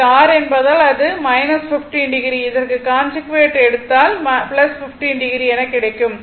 இது r என்பதால் அது 15o இதற்கு கான்ஜுகேட் எடுத்தால் 15o என கிடைக்கும்